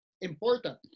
important